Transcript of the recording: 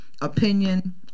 opinion